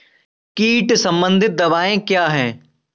कीट संबंधित दवाएँ क्या हैं?